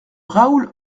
raoul